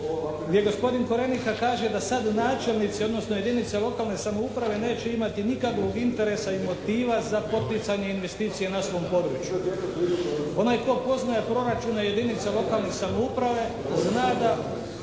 gospodin Korenika kaže da sad načelnici, odnosno jedinice lokalne samouprave neće imati nikakvog interesa i motiva za poticanje investicije na svom području. Onaj koji poznaje proračune jedinica lokalne samouprave zna da